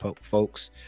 folks